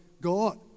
God